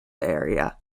area